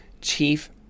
chief